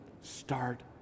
Start